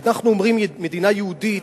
כשאנחנו אומרים "מדינה יהודית",